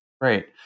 Right